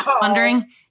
wondering